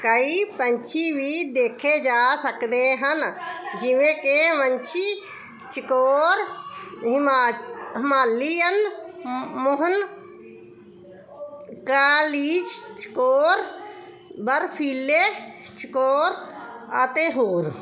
ਕਈ ਪੰਛੀ ਵੀ ਦੇਖੇ ਜਾ ਸਕਦੇ ਹਨ ਜਿਵੇਂ ਕਿ ਵੰਸ਼ੀ ਚਕੋਰ ਹਿਮਾ ਹਿਮਾਲੀਅਨ ਮ ਮੋਹਨ ਕਾਲੀਜ ਚਕੋਰ ਬਰਫ਼ੀਲੇ ਚਕੋਰ ਅਤੇ ਹੋਰ